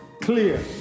clear